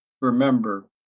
remember